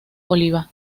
oliva